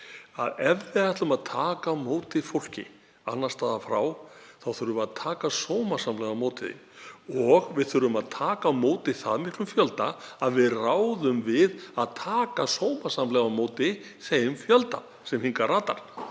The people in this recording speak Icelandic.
ef við ætlum að taka á móti fólki að utan þá þurfum við að taka sómasamlega á móti því. Við þurfum að taka á móti það miklum fjölda að við ráðum við að taka sómasamlega á móti þeim fjölda sem hingað ratar.